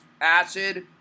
acid